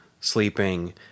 sleeping